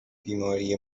بیماری